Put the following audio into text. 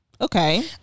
Okay